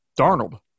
Darnold